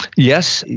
yes.